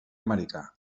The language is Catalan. americà